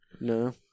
No